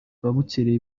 babukereye